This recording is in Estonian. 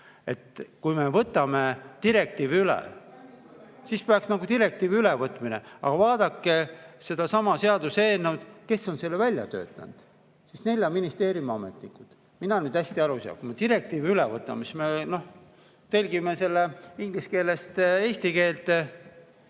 Kui me võtame direktiivi üle, siis peaks olema direktiivi ülevõtmine. Aga vaadake sedasama seaduseelnõu, kes on selle välja töötanud: nelja ministeeriumi ametnikud. Mina nüüd hästi aru ei saa. Kui me direktiivi üle võtame, siis me tõlgime selle inglise keelest eesti keelde